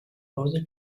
other